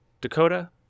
Dakota